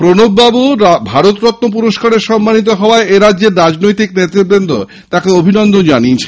প্রণববাবুকে ভারত রত্ন পুরস্কারে সম্মানিত করায় এরাজ্যের রাজনৈতিক নেতারা তাঁকে অভিনন্দন জানিয়েছেন